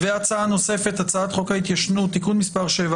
הצעה נוספת היא הצעת חוק ההתיישנות (תיקון מס' 7)